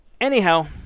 Anyhow